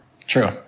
true